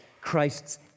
Christ's